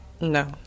No